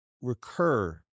recur